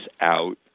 out